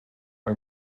our